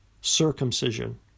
circumcision